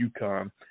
UConn